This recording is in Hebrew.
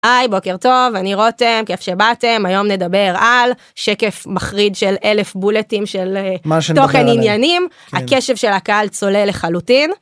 היי בוקר טוב אני רותם כיף שבאתם היום נדבר על שקף מחריד של אלף בולטים של תוכן עניינים, הקשב של הקהל צולל לחלוטין.